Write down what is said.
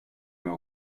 med